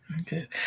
Okay